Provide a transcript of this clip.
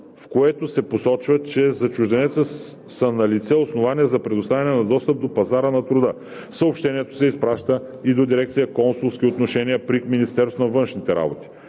в което се посочва, че за чужденеца са налице основания за предоставяне на достъп до пазара на труда. Съобщението се изпраща и до дирекция „Консулски отношения“ при Министерството на външните работи.